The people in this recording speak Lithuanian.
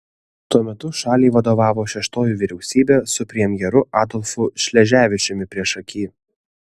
tuo metu šaliai vadovavo šeštoji vyriausybė su premjeru adolfu šleževičiumi priešaky